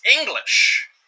English